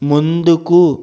ముందుకు